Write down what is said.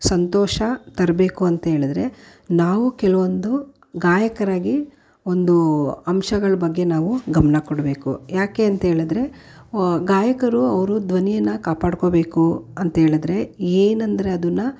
ಸಂತೋಷ ತರಬೇಕು ಅಂತ್ಹೇಳಿದರೆ ನಾವು ಕೆಲವೊಂದು ಗಾಯಕರಾಗಿ ಒಂದು ಅಂಶಗಳ ಬಗ್ಗೆ ನಾವು ಗಮನ ಕೊಡಬೇಕು ಯಾಕೆ ಅಂತ್ಹೇಳಿದರೆ ಗಾಯಕರು ಅವರು ಧ್ವನಿಯನ್ನು ಕಾಪಾಡ್ಕೋಬೇಕು ಅಂತ್ಹೇಳಿದರೆ ಏನಂದರೆ ಅದನ್ನು